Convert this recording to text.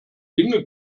dinge